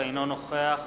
אינו נוכח